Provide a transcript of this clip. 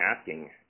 asking